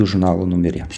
žurnalo numeryje